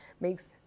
makes